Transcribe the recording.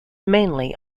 mainly